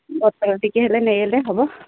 ବୋତଲ ଟିକେ ହେଲେ ନେଇଗଲେ ହେବ